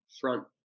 front